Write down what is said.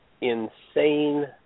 insane